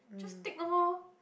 just take lor